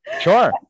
sure